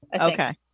Okay